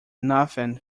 nothing